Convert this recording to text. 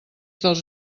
dels